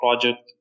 project